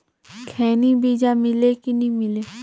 खैनी बिजा मिले कि नी मिले?